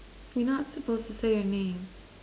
you're not supposed to say your name